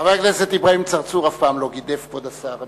חבר הכנסת אברהים צרצור אף פעם לא גידף, כבוד השר.